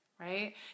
right